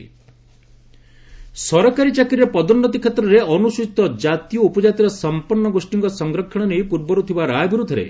SC creamy layer ସରକାରୀ ଚାକିରିରେ ପଦୋନ୍ନତି କ୍ଷେତ୍ରରେ ଅନୁସ୍କଚିତ କ୍ଷାତି ଓ ଉପଜାତିର ସମ୍ପନ୍ନ ଗୋଷ୍ଠୀଙ୍କ ସଂରକ୍ଷଣ ନେଇ ପୂର୍ବରୁ ଥିବା ରାୟ ବିରୋଧରେ